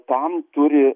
tam turi